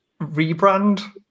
rebrand